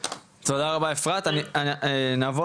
כך הם יכולים להבין